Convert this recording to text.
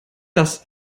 das